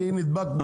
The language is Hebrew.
כי נדבקנו.